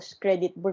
credit